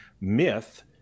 myth